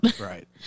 right